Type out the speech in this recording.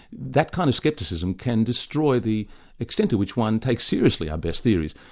that kind of scepticism can destroy the extent to which one takes seriously our best theories.